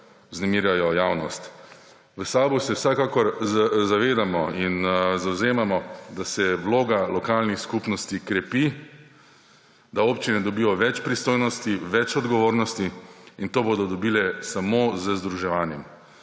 vznemirjajo javnost. V SAB se vsekakor zavedamo in zavzemamo, da se vloga lokalnih skupnosti krepi, da občine dobijo več pristojnosti, več odgovornosti; in to bodo dobile samo z združevanjem.